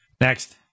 Next